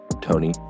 Tony